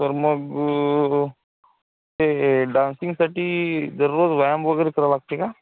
sir मग ते डान्सिंगसाठी दररोज व्यायाम वगैरे करावं लागते का